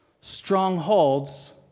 Strongholds